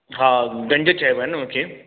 हा दंड चइबा आहिनि उन खे